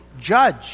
judge